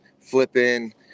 flipping